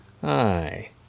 Hi